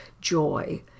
joy